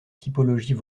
typologies